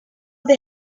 they